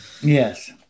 yes